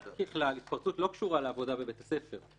ההתפרצות לא קשורה לעבודה בבית הספר,